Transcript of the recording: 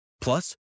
Plus